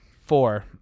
Four